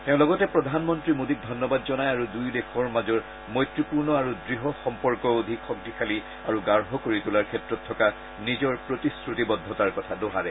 তেওঁ লগতে প্ৰধানমন্ত্ৰী মোডীক ধন্যবাদ জনাই আৰু দুয়ো দেশৰ মাজৰ মৈত্ৰীপূৰ্ণ আৰু দঢ় সম্পৰ্ক অধিক শক্তিশালী আৰু গাঢ় কৰি তোলাৰ ক্ষেত্ৰত থকা নিজৰ প্ৰতিশ্ৰুতিবদ্ধতাৰ কথা দোহাৰে